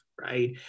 right